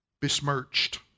besmirched